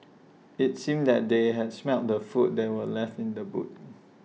IT seemed that they had smelt the food that were left in the boot